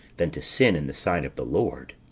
than to sin in the sight of the lord.